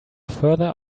further